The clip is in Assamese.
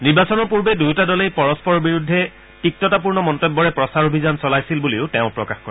নিৰ্বাচনৰ পূৰ্বে দুয়োটা দলেই পৰস্পৰৰ বিৰুদ্ধে তিক্ততাপূৰ্ণ মন্তব্যৰে প্ৰচাৰ অভিযান চলাইছিল বুলি তেওঁ প্ৰকাশ কৰে